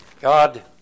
God